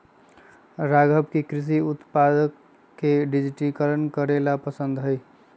राघव के कृषि उत्पादक के डिजिटलीकरण करे ला पसंद हई